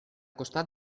costat